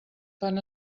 fan